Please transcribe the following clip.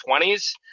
20s